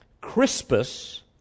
Crispus